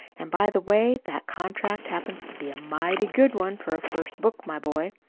and, by the way, that contract happens to be a mighty good one, for a first book, my boy.